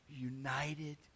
united